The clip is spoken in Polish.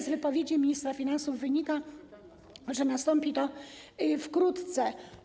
Z wypowiedzi ministra finansów wynika, że nastąpi to wkrótce.